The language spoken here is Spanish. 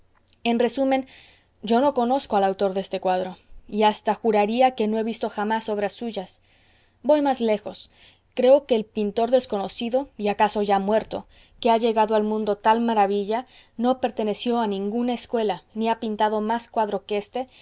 en resumen yo no conozco al autor de este cuadro y hasta juraría que no he visto jamás obras suyas voy más lejos creo que el pintor desconocido y acaso ya muerto que ha legado al mundo tal maravilla no perteneció a ninguna escuela ni ha pintado más cuadro que éste